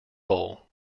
bowl